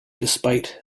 despite